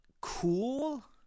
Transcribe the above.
cool